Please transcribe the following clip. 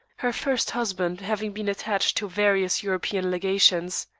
her first husband having been attached to various european legations.